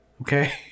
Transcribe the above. okay